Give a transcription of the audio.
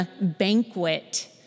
banquet